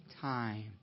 time